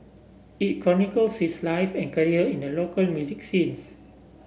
it chronicles his life and career in the local music scenes